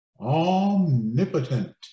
omnipotent